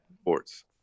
sports